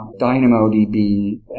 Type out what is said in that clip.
DynamoDB